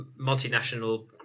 multinational